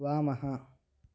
वामः